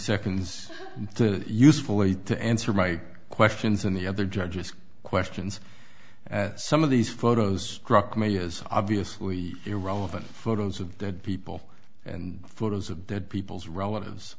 seconds to usefully to answer my questions on the other judge's questions some of these photos dropped me as obviously irrelevant photos of dead people and photos of dead people's relatives